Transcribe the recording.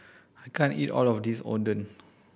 I can't eat all of this Oden